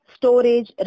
storage